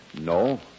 No